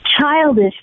childish